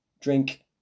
drink